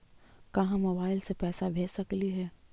का हम मोबाईल से पैसा भेज सकली हे?